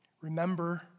remember